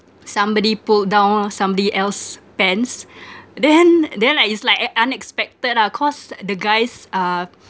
somebody pulled down somebody else pants then then like it's like eh unexpected ah cause the guys uh